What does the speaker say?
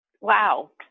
wow